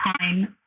time